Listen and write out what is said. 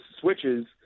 switches